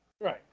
Right